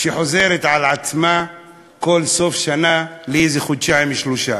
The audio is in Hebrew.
שחוזרת על עצמה כל סוף שנה לאיזה חודשיים-שלושה.